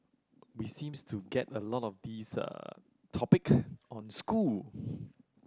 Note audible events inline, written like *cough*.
we seems to get a lot of these uh topic on school *breath*